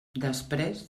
després